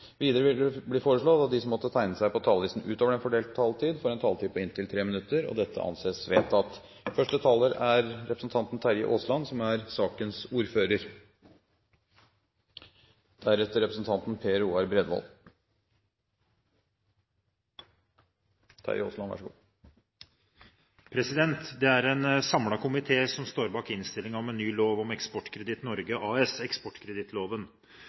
Videre blir det foreslått at de som måtte tegne seg på talerlisten utover den fordelte taletid, får en taletid på inntil 3 minutter. – Dette anses vedtatt. Det er en samlet komité som står bak innstillingen om en ny lov om Eksportkreditt Norge AS, eksportkredittloven.